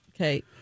Okay